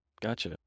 Gotcha